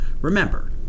Remember